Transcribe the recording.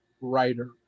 writer